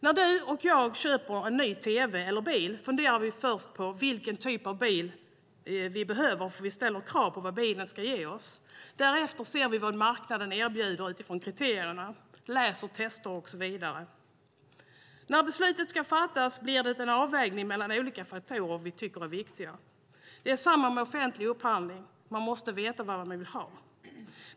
När du och jag köper ny tv eller bil funderar vi först över vilken typ av bil vi behöver. Vi ställer krav på vad bilen ska ge oss. Därefter ser vi vad marknaden erbjuder utifrån kriterierna, läser tester och så vidare. När beslutet ska fattas blir det en avvägning mellan olika faktorer vi tycker är viktiga. Det är samma med offentlig upphandling, det vill säga man måste veta vad man vill ha.